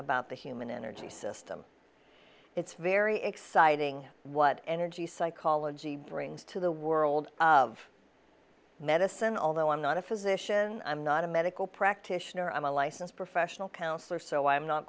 about the human energy system it's very exciting what energy psychology brings to the world of medicine although i'm not a physician i'm not a medical practitioner i'm a licensed professional counselor so i'm not